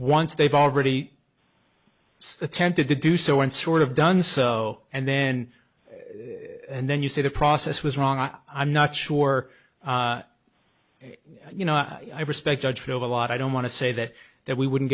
once they've already attempted to do so and sort of done so and then and then you say the process was wrong i'm not sure you know i respect judge over a lot i don't want to say that that we wouldn't